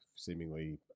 Seemingly